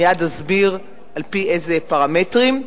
מייד אסביר על-פי אילו פרמטרים.